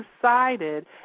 decided